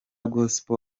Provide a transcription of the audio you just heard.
gospel